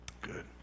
Good